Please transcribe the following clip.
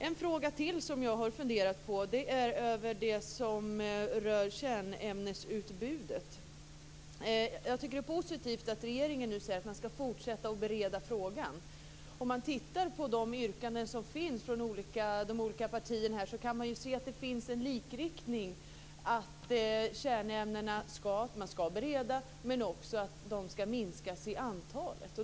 En fråga till som jag har funderat över är den som rör kärnämnesutbudet. Jag tycker att det är positivt att regeringen nu säger att man skall fortsätta att bereda frågan. Om man tittar närmare på de yrkanden som finns från de olika partierna kan man se att det finns en likriktning. Man skall bereda frågan om kärnämnena, men de skall också minskas i antal.